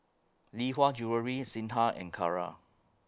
Lee Hwa Jewellery Singha and Kara